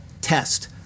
test